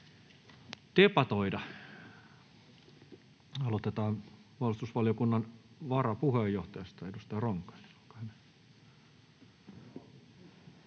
debatoida. — Aloitetaan puolustusvaliokunnan varapuheenjohtajasta. Edustaja Ronkainen,